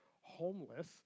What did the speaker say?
homeless